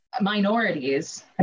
minorities